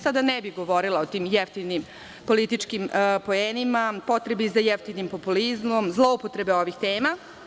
Sada ne bih govorila o tim jeftinim političkim poenima, potrebi za jeftinim populizmom, o zloupotrebi ovih tema.